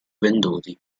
venduti